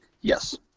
Yes